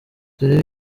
turebe